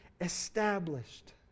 established